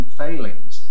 failings